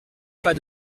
pas